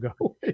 go